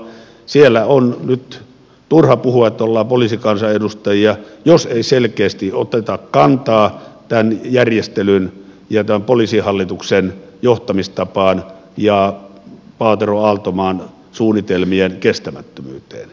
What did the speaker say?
siellä on nyt turha puhua että ollaan poliisikansanedustajia jos ei selkeästi oteta kantaa tähän järjestelyyn ja tämän poliisihallituksen johtamistapaan ja paateroaaltomaan suunnitelmien kestämättömyyteen